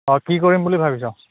অঁ কি কৰিম বুলি ভাবিছ